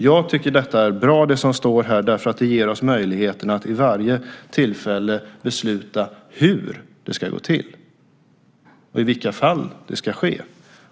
Jag tycker att det som står där är bra eftersom det ger oss möjligheten att vid varje tillfälle besluta hur det ska gå till och i vilka fall det ska ske.